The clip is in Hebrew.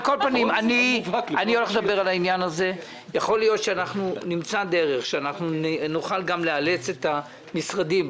יכול להיות שנמצא דרך לאלץ את המשרדים,